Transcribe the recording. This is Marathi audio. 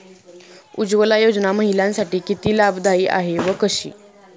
उज्ज्वला योजना महिलांसाठी किती लाभदायी आहे व कशी?